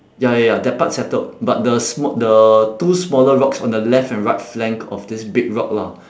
ya ya ya that part settled but the sma~ the two smaller rocks on the left and right flank of this big rock lah